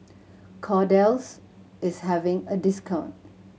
Kordel's is having a discount